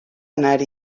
anar